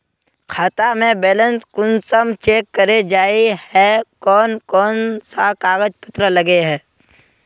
खाता में बैलेंस कुंसम चेक करे जाय है कोन कोन सा कागज पत्र लगे है?